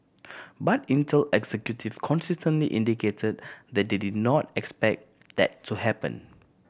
but Intel executive consistently indicated that they did not expect that to happen